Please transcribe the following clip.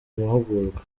mahugurwa